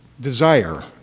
desire